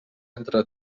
entre